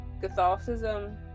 Catholicism